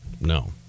no